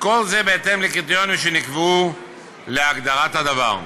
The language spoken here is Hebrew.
וכל זה בהתאם לקריטריונים שנקבעו להגדרת הדבר.